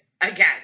again